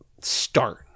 start